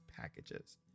packages